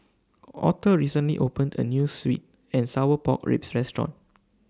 Auther recently opened A New Sweet and Sour Pork Ribs Restaurant